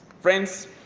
Friends